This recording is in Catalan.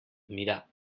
mirar